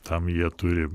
tam jie turi